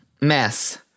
Mess